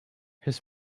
his